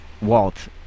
Walt